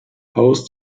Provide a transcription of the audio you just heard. haus